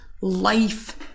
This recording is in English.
Life